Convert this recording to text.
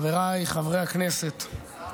חבריי חברי הכנסת,